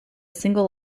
single